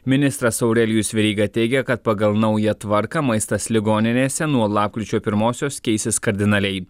ministras aurelijus veryga teigia kad pagal naują tvarką maistas ligoninėse nuo lapkričio pirmosios keisis kardinaliai